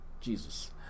Jesus